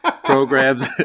programs